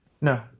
No